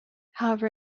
however